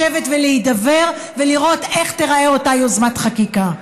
לשבת ולהידבר ולראות איך תיראה אותה יוזמת חקיקה.